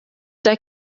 der